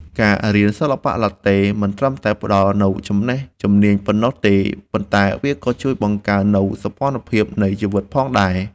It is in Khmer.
ការរៀនសិល្បៈឡាតេមិនត្រឹមតែផ្តល់នូវចំណេះជំនាញប៉ុណ្ណោះទេ ប៉ុន្តែវាក៏ជួយបង្កើននូវសោភ័ណភាពនៃជីវិតផងដែរ។